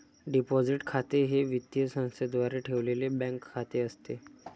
deposit खाते हे वित्तीय संस्थेद्वारे ठेवलेले बँक खाते असते